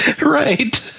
Right